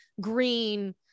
green